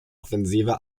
offensive